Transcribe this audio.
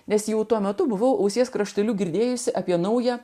nes jau tuo metu buvau ausies krašteliu girdėjusi apie naują